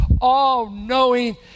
all-knowing